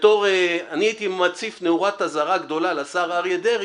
אני הייתי מציף נורת אזהרה גדולה לשר אריה דרעי,